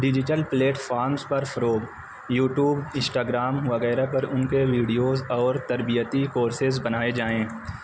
digital platforms پر فروغ YouTube Instagram وغیرہ پر ان کے ویڈیوز اور تربیتی کورسیز بنائے جائیں